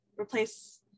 replace